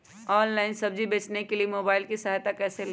Online सब्जी बेचने के लिए मोबाईल की सहायता कैसे ले?